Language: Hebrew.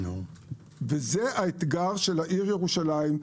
זה האתגר של העיר ירושלים,